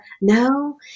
No